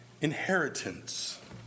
inheritance